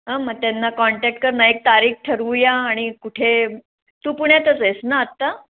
हां मग त्यांना कॉन्टॅक्ट कर नाही तारीख ठरवूया आणि कुठे तू पुण्यातच आहेस ना आत्ता